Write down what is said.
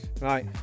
Right